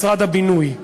משרד הבינוי.